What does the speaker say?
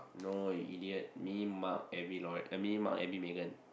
no you idiot me Mark Abby Laur~ me Mark Abby Megan